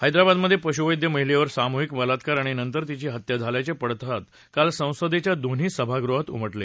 हैद्राबादमधे पशुवैद्य महिलेवर सामूहिक बलात्कार आणि नंतर तिची हत्या झाल्याचे पडसाद काल संसदेच्या दोन्ही सभागृहात उमटले